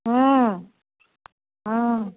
हूँ हूँ